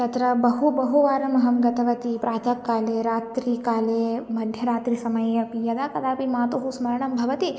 तत्र बहु बहुवारम् अहं गतवती प्रातःकले रात्रिकाले मध्यरात्रिसमये अपि यदा कदापि मातुः स्मरणं भवति